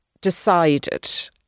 decided